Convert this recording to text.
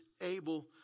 able